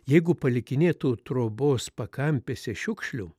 jeigu palikinėtų trobos pakampėse šiukšlių